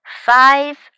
five